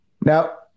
Now